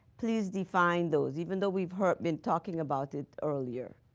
please define those, even though we have been talking about it earlier.